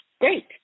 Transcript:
great